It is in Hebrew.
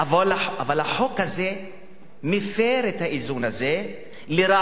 אבל החוק הזה מפר את האיזון הזה לרעת